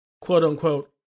quote-unquote